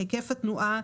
היקף התנועה,